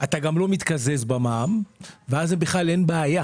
אתה גם לא מתקזז במע"מ ואז בכלל אין בעיה.